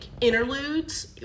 interludes